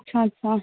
अच्छा अच्छा